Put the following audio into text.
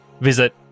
visit